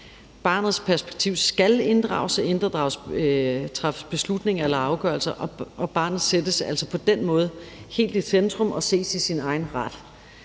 Barnets perspektiv skal inddrages, inden der træffes beslutning eller afgørelser, og barnet sættes altså på den måde helt i centrum og ses i sin egen ret.